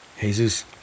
Jesus